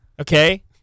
Okay